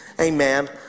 Amen